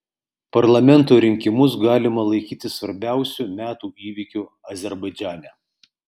parlamento rinkimus galima laikyti svarbiausiu metų įvykiu azerbaidžane